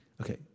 okay